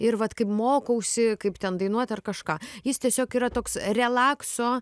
ir vat kaip mokausi kaip ten dainuot ar kažką jis tiesiog yra toks relakso